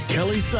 Kelly